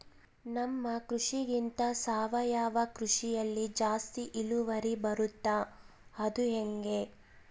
ನಮ್ಮ ಕೃಷಿಗಿಂತ ಸಾವಯವ ಕೃಷಿಯಲ್ಲಿ ಜಾಸ್ತಿ ಇಳುವರಿ ಬರುತ್ತಾ ಅದು ಹೆಂಗೆ?